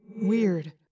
weird